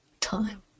time